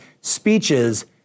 speeches